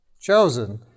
chosen